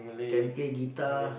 can play guitar